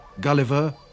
Gulliver